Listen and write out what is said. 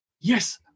yes